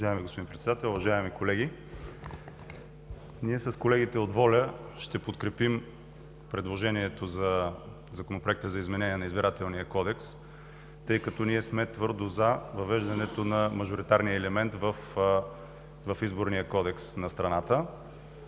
Уважаеми господин Председател, уважаеми колеги! Ние с колегите от „Воля“ ще подкрепим предложението за Законопроекта за изменение на Изборния кодекс, тъй като сме твърдо „за“ въвеждането на мажоритарния елемент в Изборния кодекс на страната.